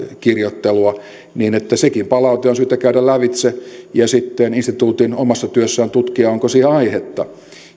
kirjoittelua niin sekin palaute on syytä käydä lävitse ja instituutin sitten omassa työssään tutkia onko siihen aihetta